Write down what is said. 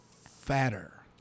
Fatter